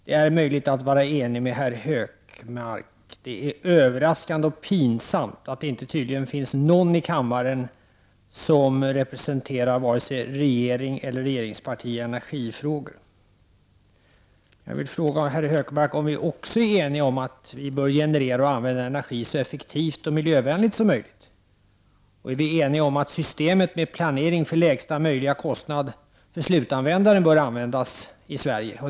Herr talman! Även jag konstaterar att detta är en punkt där det är möjligt att vara enig med Gunnar Hökmark. Det är överraskande och pinsamt att det tydligen inte finns någon i kammaren som representerar vare sig regering eller regeringsparti när det gäller energifrågor. Jag vill fråga herr Hökmark om vi också är eniga om att vi bör generera och använda energi så effektivt och miljövänligt som möjligt. Är vi eniga om att systemet med planering för lägsta möjliga kostnad för slutanvändare bör användas i Sverige?